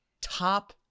Top